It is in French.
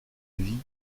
vie